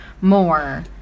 more